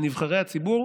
לנבחרי הציבור,